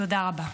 תודה רבה.